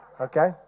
Okay